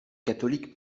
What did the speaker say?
catholiques